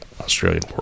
Australian